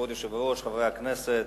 בבקשה.